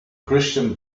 christian